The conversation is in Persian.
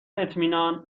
اطمینان